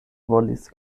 volis